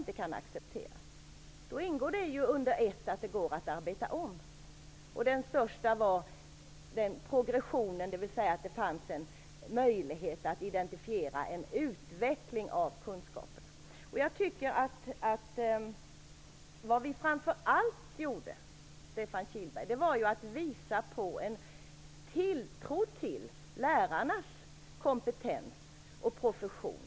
I ödmjukheten ingår ju inställningen att det går att arbeta om förslagen. Det största problemet var frågan om progressionen, dvs. att det skulle finnas en möjlighet att identifiera en utveckling av kunskaperna. Det vi framför allt gjorde, Stefan Kihlberg, var att visa tilltro till lärarnas kompetens och profession.